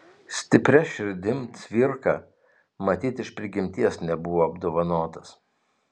stipria širdim cvirka matyt iš prigimties nebuvo apdovanotas